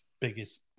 biggest